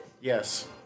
Yes